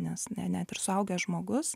nes ne net ir suaugęs žmogus